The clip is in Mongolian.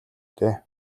дээ